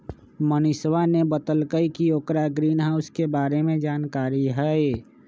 मनीषवा ने बतल कई कि ओकरा ग्रीनहाउस के बारे में जानकारी हई